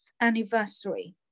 anniversary